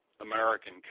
American